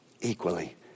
Equally